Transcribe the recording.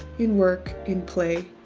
in work, in play,